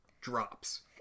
drops